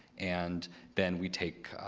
and then we take